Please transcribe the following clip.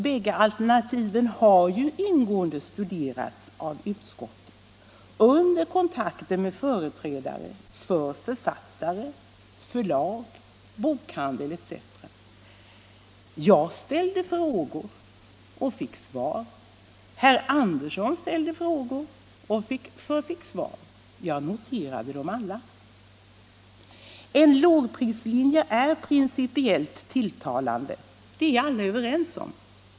Bägge alternativen har studerats ingående av utskottet under kontakter med företrädare för författare, förlag, bokhandel etc. Jag ställde frågor och fick svar. Herr Andersson ställde frågor och fick svar. Jag noterade dem alla. En lågprislinje är principiellt tilltalande, det är alla överens om.